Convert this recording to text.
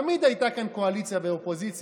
תמיד היו כאן קואליציה ואופוזיציה,